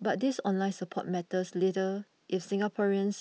but this online support matters little if Singaporeans